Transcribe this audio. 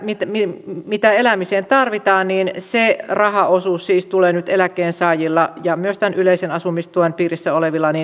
siinä kaikessa mitä elämiseen tarvitaan se rahaosuus siis tulee nyt eläkkeensaajilla ja myös tämän yleisen asumistuen piirissä olevilla pienenemään